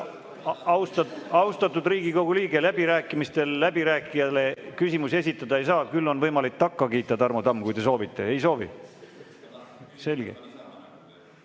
Austatud Riigikogu liige, läbirääkimistel läbirääkijale küsimusi esitada ei saa, küll aga on võimalik takka kiita, Tarmo Tamm, kui te soovite. Ei soovi? Selge.